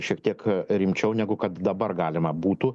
šiek tiek rimčiau negu kad dabar galima būtų